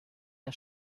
der